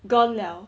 gone 了